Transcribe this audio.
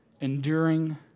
enduring